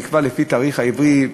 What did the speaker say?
היה נקבע לפי התאריך העברי,